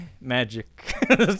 magic